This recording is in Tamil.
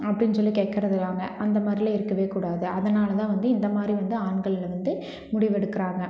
அப்படின்னு சொல்லி கேட்கறதுவாங்க அந்த மாதிரிலாம் இருக்கவே கூடாது அதனால்தான் வந்து இந்தமாதிரி வந்து ஆண்கள் வந்து முடிவெடுக்கிறாங்க